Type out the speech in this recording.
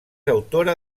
autora